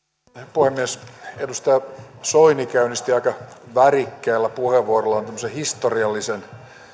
puhemies edustaja soini käynnisti aika värikkäällä puheenvuorollaan tämmöisen historiallisen